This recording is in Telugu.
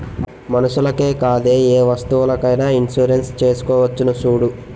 మనుషులకే కాదే ఏ వస్తువులకైన ఇన్సురెన్సు చేసుకోవచ్చును చూడూ